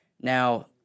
Now